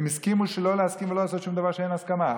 הם הסכימו לא להסכים ולא לעשות שום דבר שאין בו הסכמה.